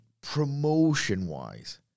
promotion-wise